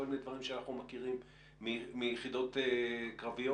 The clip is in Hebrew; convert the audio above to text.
מיני דברים שאנחנו מכירים מיחידות קרביות.